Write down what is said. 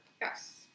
Yes